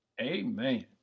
amen